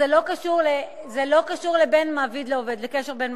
זה לא קשור לקשר בין מעביד לעובד.